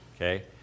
Okay